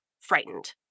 frightened